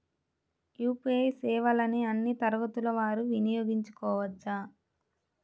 UPI సేవలని అన్నీ తరగతుల వారు వినయోగించుకోవచ్చా?